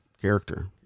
character